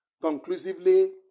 conclusively